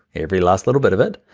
every last little bit of it.